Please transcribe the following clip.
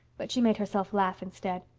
but she made herself laugh instead.